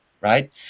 right